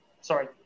sorry